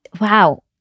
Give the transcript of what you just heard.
Wow